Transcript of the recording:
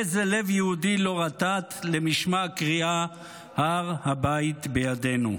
איזה לב יהודי לא רטט למשמע הקריאה "הר הבית בידינו"?